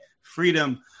freedom